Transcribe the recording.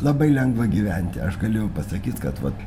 labai lengva gyventi aš galėjau pasakyt kad vat